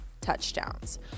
touchdowns